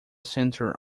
center